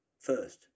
first